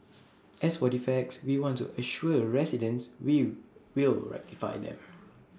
as for defects we want to assure residents we will rectify them